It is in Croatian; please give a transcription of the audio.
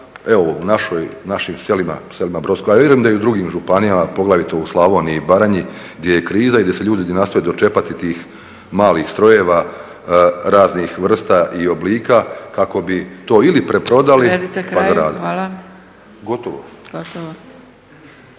evo u našim selima, u selima, a vjerujem da i u drugim županijama poglavito u Slavoniji i Baranji gdje je kriza i gdje se ljudi nastoje dočepati tih malih strojeva raznih vrsta i oblika kako bi to ili preprodali… …/Upadica